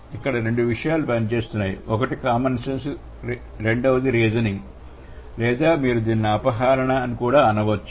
ఇక్కడ రెండు విషయాలు పనిచేస్తున్నాయి ఒకటి కామన్ సెన్స్ రెండవది రీజనింగ్ లేదా మీరు దీనిని అపహరణ అని కూడా అనవచ్చును